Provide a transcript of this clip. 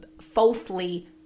falsely